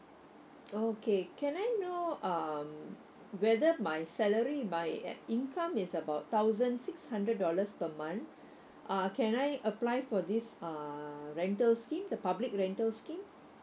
okay can I know um whether my salary my at income is about thousand six hundred dollars per month uh can I apply for this uh rental scheme the public rental scheme